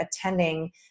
attending